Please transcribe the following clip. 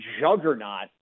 juggernaut